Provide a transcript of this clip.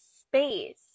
space